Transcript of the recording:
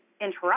interrupt